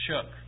shook